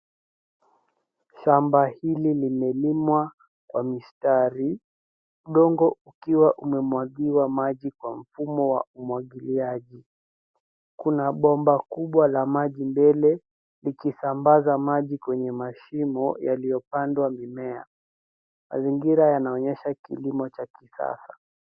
Shamba hili limelimwa kwa mistari, udongo ukiwa umemwagiwa maji kwa mfumo wa umwagiliaji. Kuna bomba kubwa la maji mbele, likisambaza maji kwenye mashimo yaliyopandwa mimea. Mazingira yanaonyesha kilimo cha kisasa.